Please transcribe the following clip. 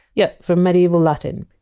yup, from medieval latin.